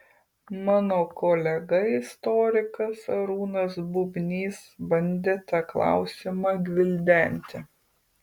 mano kolega istorikas arūnas bubnys bandė tą klausimą gvildenti